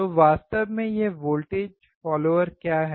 तो वास्तव में यह वोल्टेज फॉलोअर क्या है